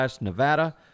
nevada